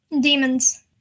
Demons